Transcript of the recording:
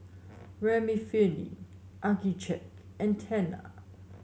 Remifemin Accucheck and Tena